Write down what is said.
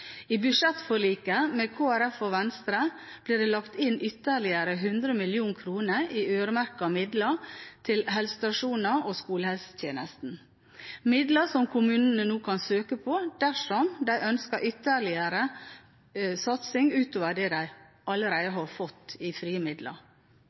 I budsjettforliket med Kristelig Folkeparti og Venstre ble det lagt inn ytterligere 100 mill. kr i øremerkede midler til helsestasjons- og skolehelsetjenesten, midler som kommunene nå kan søke på dersom de ønsker å satse ytterligere utover det de allerede har fått i frie midler.